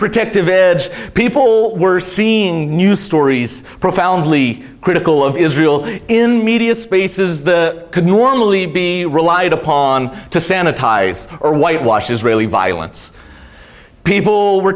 protective edge people were seeing news stories profoundly critical of israel in the media spaces the could normally be relied upon to sanitize or whitewash israeli violence people were